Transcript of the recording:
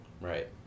Right